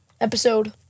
episode